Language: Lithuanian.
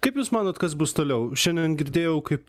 kaip jūs manot kas bus toliau šiandien girdėjau kaip